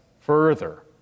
further